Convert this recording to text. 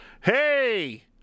Hey